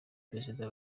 perezida